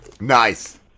Nice